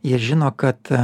jie žino kad